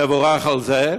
תבורך על זה,